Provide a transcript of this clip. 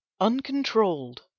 Uncontrolled